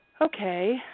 okay